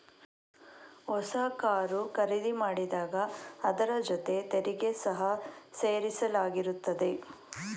ಹೊಸ ಕಾರು ಖರೀದಿ ಮಾಡಿದಾಗ ಅದರ ಜೊತೆ ತೆರಿಗೆ ಸಹ ಸೇರಿಸಲಾಗಿರುತ್ತದೆ